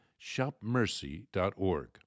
shopmercy.org